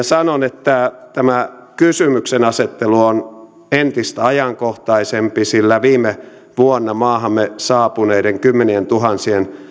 sanon että tämä kysymyksenasettelu on entistä ajankohtaisempi sillä viime vuonna maahamme saapuneiden kymmenientuhansien